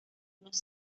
unos